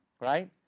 right